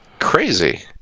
Crazy